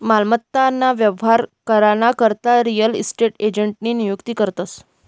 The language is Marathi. मालमत्ता ना व्यवहार करा ना करता रियल इस्टेट एजंटनी नियुक्ती करतस